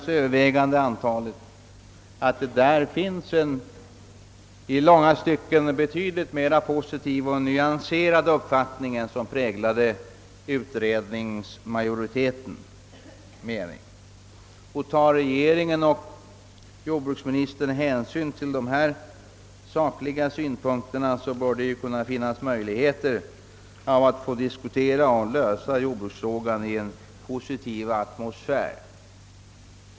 I det övervägande antalet yttranden finns en i långa stycken betydligt mera positiv och nyanserad uppfattning än den som präglade utredningsmajoritetens mening. Om regeringen och jordbruksministern tar hänsyn till dessa sakliga synpunkter, bör det finnas möjlighet att diskutera och lösa jordbruksfrågan i en positiv atmosfär.